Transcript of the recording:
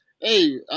hey